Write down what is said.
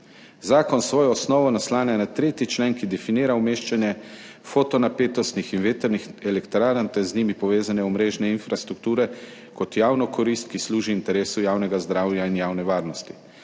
Zakon svojo osnovo naslanja na 3. člen, ki definira umeščanje fotonapetostnih in vetrnih elektrarn ter z njimi povezane omrežne infrastrukture kot javno korist, ki služi interesu javnega zdravja in javne varnosti.